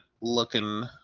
looking